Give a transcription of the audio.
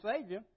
Savior